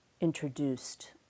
introduced